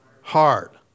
heart